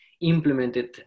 implemented